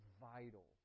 vital